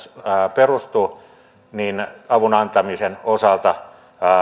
perustuu niin avun antamisen osalta